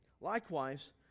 Likewise